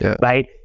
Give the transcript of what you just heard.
right